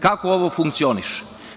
Kako ovo funkcioniše?